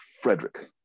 Frederick